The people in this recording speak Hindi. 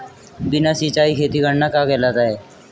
बिना सिंचाई खेती करना क्या कहलाता है?